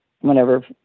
Whenever